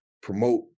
promote